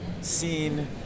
seen